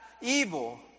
evil